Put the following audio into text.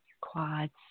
quads